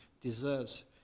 deserves